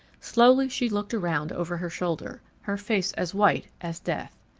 slowly she looked around over her shoulder, her face as white as death.